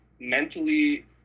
mentally